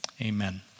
amen